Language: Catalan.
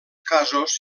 casos